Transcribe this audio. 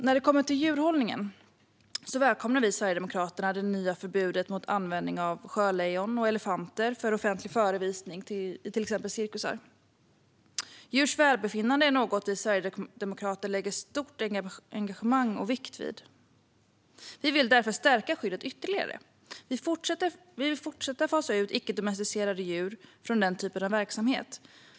När det gäller djurhållning välkomnar vi i Sverigedemokraterna det nya förbudet mot användning av sjölejon och elefanter för offentlig uppvisning på till exempel cirkusar. Djurs välbefinnande är något vi sverigedemokrater ägnar stort engagemang och lägger stor vikt vid. Vi vill därför stärka skyddet ytterligare och fortsätta fasa ut icke domesticerade djur från denna typ av verksamhet.